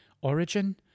origin